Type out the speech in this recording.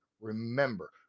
Remember